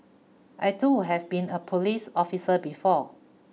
I too have been a police officer before